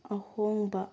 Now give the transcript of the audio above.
ꯑꯍꯣꯡꯕ